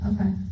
Okay